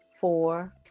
four